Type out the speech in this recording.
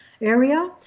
area